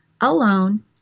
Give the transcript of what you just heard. alone